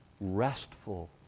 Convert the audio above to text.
restful